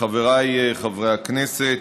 חבריי חברי הכנסת,